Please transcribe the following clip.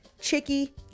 chicky